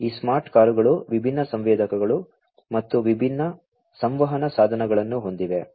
ಈ ಸ್ಮಾರ್ಟ್ ಕಾರುಗಳು ವಿಭಿನ್ನ ಸಂವೇದಕಗಳು ಮತ್ತು ವಿಭಿನ್ನ ಸಂವಹನ ಸಾಧನಗಳನ್ನು ಹೊಂದಿವೆ